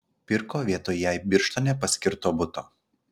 pirko vietoj jai birštone paskirto buto